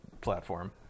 platform